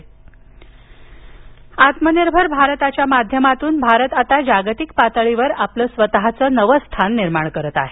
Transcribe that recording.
पत्रिका गेटचं लोकार्पण आत्मनिर्भर भारताच्या माध्यमातून भारत आता जागतिक पातळीवर आपलं स्वतःचं नवं स्थान निर्माण करत आहे